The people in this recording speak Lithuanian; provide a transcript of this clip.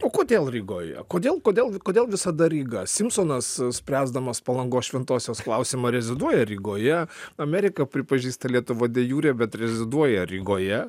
o kodėl rygoje kodėl kodėl kodėl visada ryga simsonas spręsdamas palangos šventosios klausimą reziduoja rygoje amerika pripažįsta lietuvą de jure bet reziduoja rygoje